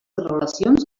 relacions